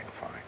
fine